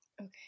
okay